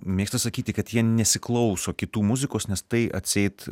mėgsta sakyti kad jie nesiklauso kitų muzikos nes tai atseit